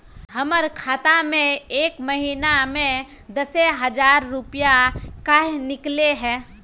हमर खाता में एक महीना में दसे हजार रुपया काहे निकले है?